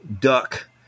Duck